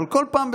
אבל כל פעם,